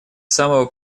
самого